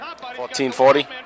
14-40